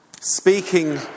speaking